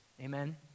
Amen